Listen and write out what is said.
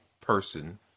person